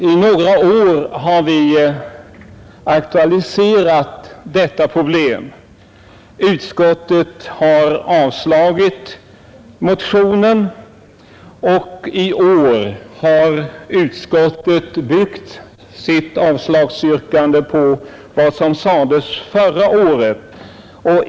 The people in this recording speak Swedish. I några år har vi aktualiserat detta problem Utskottet har avstyrkt motionen, och i år har utskottet byggt sitt avslagsyrkande på vad som sades förra året.